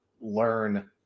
learn